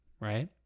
right